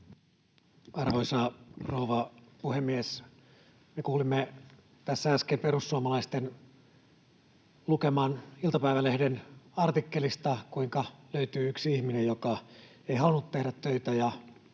Arvoisa rouva puhemies! Me kuulimme tässä äsken perussuomalaisten lukeman iltapäivälehden artikkelista, kuinka löytyy yksi ihminen, joka ei halunnut tehdä töitä,